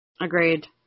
Agreed